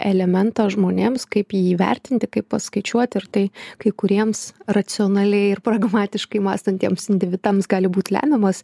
elementą žmonėms kaip jį įvertinti kaip paskaičiuoti ir tai kai kuriems racionaliai ir pragmatiškai mąstantiems individams gali būt lemiamas